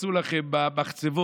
מה שעשו לכם במחצבות,